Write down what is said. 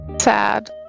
sad